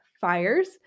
fires